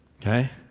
okay